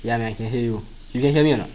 ya I can hear you you can hear me or not